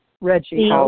Reggie